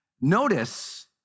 Notice